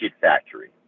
factory